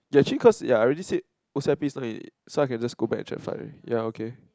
ya three cause ya I already said O_C_I_P so I can just go back actual five ya okay